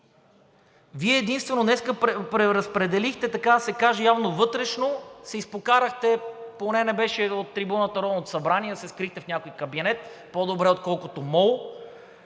Вие единствено днес преразпределихте, така да се каже, явно вътрешно се изпокарахте, поне не беше от трибуната на Народното събрание, а се скрихте в някой кабинет, по-добре, отколкото мол,